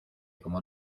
como